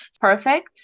Perfect